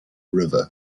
river